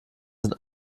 sind